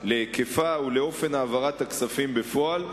להיקפה ולאופן העברת הכספים בפועל,